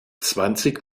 zwanzig